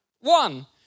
one